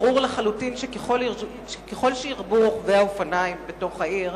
ברור לחלוטין שככל שירבו רוכבי האופניים בתוך העיר,